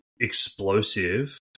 explosive